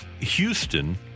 Houston